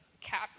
cap